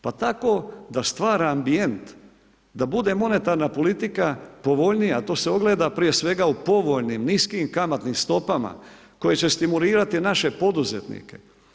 Pa tako da stvara ambijent, da bude monetarna politika povoljnija, a to se ogleda prije svega u povoljnim, niskim kamatnim stopama koji će stimulirati naše poduzetnike.